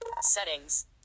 Settings